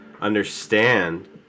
understand